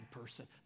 person